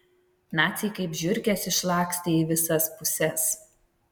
naciai kaip žiurkės išlakstė į visas puses